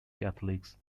catholics